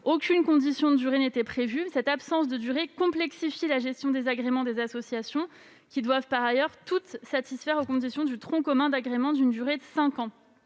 aucune condition de durée n'était prévue. Cela complexifiait la gestion des agréments des associations, qui doivent par ailleurs toutes satisfaire aux conditions du tronc commun d'agrément, d'une durée de cinq ans.